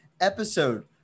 episode